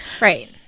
Right